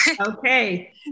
Okay